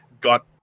got